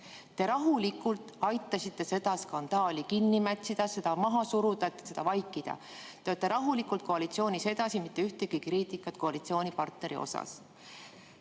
Te rahulikult aitasite seda skandaali kinni mätsida, seda maha suruda, sellest vaikida. Te olete rahulikult koalitsioonis edasi, mitte ühtegi kriitikat koalitsioonipartneri kohta.